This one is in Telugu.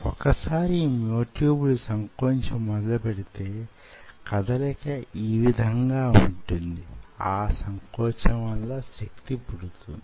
ఒక సారి ఈ మ్యో ట్యూబ్ లు సంకోచించడం మొదలు పెడితే కదలిక యీ విధంగా ఉంటుంది ఆ సంకోచం వల్ల శక్తి పుడుతుంది